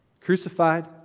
crucified